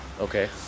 Okay